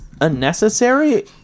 unnecessary